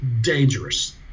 dangerous